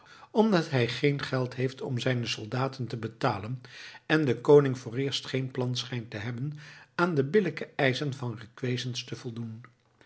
omdat hij geen geld heeft om zijne soldaten te betalen en de koning vooreerst geen plan schijnt te hebben aan de billijke eischen van requesens te voldoen